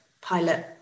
pilot